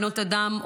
בנות אדם,